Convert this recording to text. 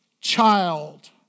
child